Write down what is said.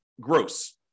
gross